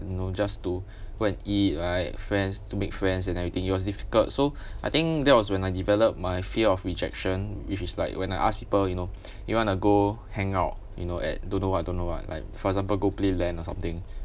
you know just to go and eat right friends to make friends and everything it was difficult so I think that was when I developed my fear of rejection which is like when I ask people you know you wanna go hang out you know at don't know what don't know what like for example go play land or something